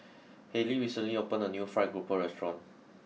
Hayleigh recently opened a new Fried Grouper restaurant